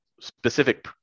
specific